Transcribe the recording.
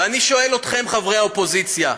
ואני שואל אתכם, חברי האופוזיציה: